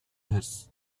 hers